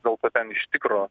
dėl to ten iš tikro